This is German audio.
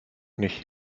nicht